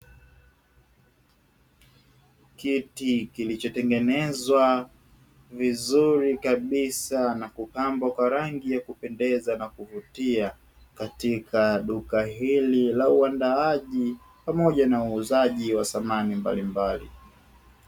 Kiti kilichotengenezwa vizuri kabisa na kupambwa kwa rangi ya kupendeza na kuvutia, katika duka hili la uandaaji pamoja na uuzaji wa samani mbalimbali.